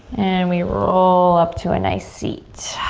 and we roll up to a nice seat.